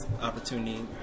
opportunity